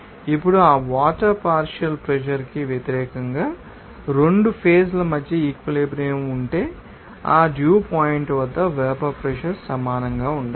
ఇప్పుడు ఆ water partial pressure కి వ్యతిరేకంగా 2 ఫేజ్ ల మధ్య ఈక్విలిబ్రియం ఉంటే ఆ డ్యూ పాయింట్ వద్ద వేపర్ ప్రెషర్ సమానంగా ఉండాలి